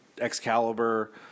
Excalibur